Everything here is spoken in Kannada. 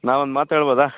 ನಾವು ಒಂದು ಮಾತು ಹೇಳ್ಬೋದಾ